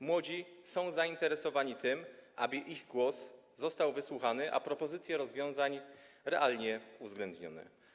Młodzi są zainteresowani tym, aby ich głos został wysłuchany, a propozycje rozwiązań - realnie uwzględnione.